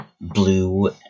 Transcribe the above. blue